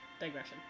digression